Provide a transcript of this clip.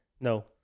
No